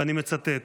ואני מצטט: